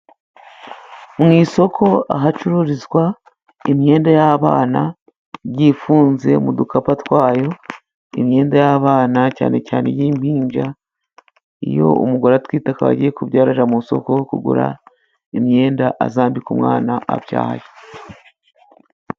Mu isoko ahacururizwa imyenda y'abana igiye ifunze mu dukapu twayo, imyenda y'abana cyane cyane iy' impinja. Iyo umugore atwite akaba agiye kubyarira mu isoko, kugura imyenda azambika umwana abyaye.